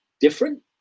different